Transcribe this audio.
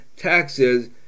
Taxes